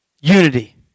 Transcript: Unity